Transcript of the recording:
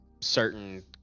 certain